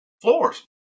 Floors